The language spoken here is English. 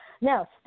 Now